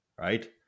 right